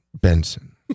Benson